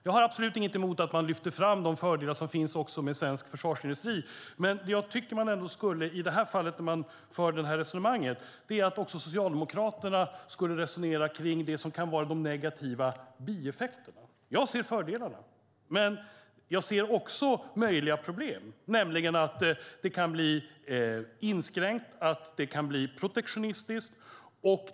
Jag har inget emot att man lyfter fram de fördelar som finns med svensk försvarsindustri, men i det här fallet skulle jag önska att också Socialdemokraterna skulle resonera om de negativa bieffekterna. Jag ser fördelarna, men jag ser också möjliga problem, nämligen att det kan bli inskränkt och protektionistiskt.